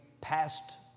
passed